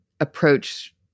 approach